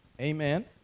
Amen